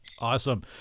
Awesome